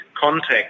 context